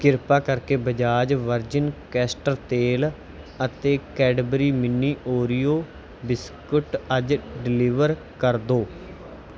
ਕਿਰਪਾ ਕਰਕੇ Bajaj virgin castor ਤੇਲ ਅਤੇ ਕੈਡਬਰੀ ਮਿੰਨੀ ਓਰੀਓ ਬਿਸਕੁਟ ਅੱਜ ਡਲੀਵਰ ਕਰ ਦਿਓ